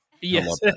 Yes